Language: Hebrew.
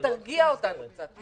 תרגיע אותנו קצת.